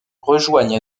rejoignent